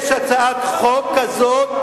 יש הצעת חוק כזאת,